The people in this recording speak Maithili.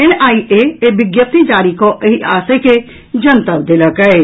एनआईए एक विज्ञप्ति जारी कऽ एहि आशय के जनतब देलक अछि